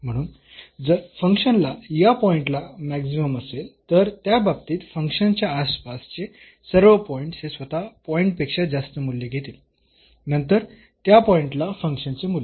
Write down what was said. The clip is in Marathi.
म्हणून जर फंक्शनला या पॉईंट ला मॅक्सिमम असेल तर त्या बाबतीत फंक्शन च्या आसपासचे सर्व पॉईंट्स हे स्वतः पॉईंट पेक्षा जास्त मूल्य घेतील नंतर त्या पॉईंटला फंक्शन चे मूल्य